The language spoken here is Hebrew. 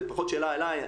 זה פחות שאלה אליי.